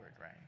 right